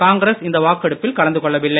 காங்கிரஸ் இந்த வாக்கெடுப்பில் கலந்து கொள்ளவில்லை